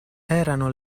erano